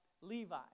Levi